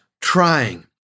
trying